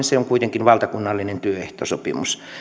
se on kuitenkin valtakunnallinen työehtosopimus